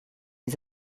les